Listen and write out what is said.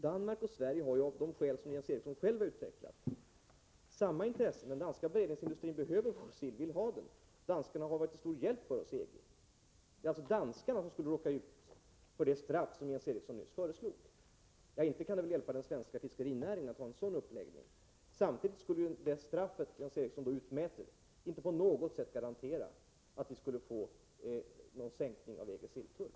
Danmark och Sverige har av de skäl som Jens Eriksson själv utvecklat samma intresse. Den danska beredningsindustrin behöver vår sill och vill ha den. Danskarna har varit tillstor hjälp för oss i EG. Men det är alltså danskarna som skulle råka ut för det straff Jens Eriksson nyss föreslog. Inte kan det väl hjälpa den svenska fiskerinäringen att ha en sådan uppläggning. Samtidigt skulle det straff Jens Eriksson utmäter inte på något sätt garantera att vi skulle få någon sänkning av EG:s silltull.